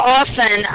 often